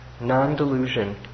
Non-delusion